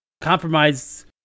compromise